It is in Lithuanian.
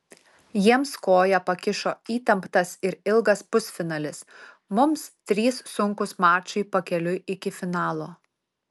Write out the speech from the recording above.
jiems koją pakišo įtemptas ir ilgas pusfinalis mums trys sunkūs mačai pakeliui iki finalo